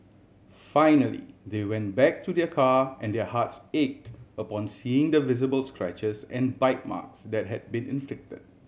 finally they went back to their car and their hearts ached upon seeing the visible scratches and bite marks that had been inflict